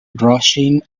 rushing